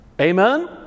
Amen